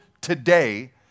today